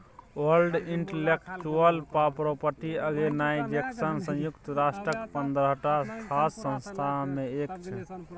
world Intellectual Property Organization संयुक्त राष्ट्रक पंद्रहटा खास संस्था मे एक छै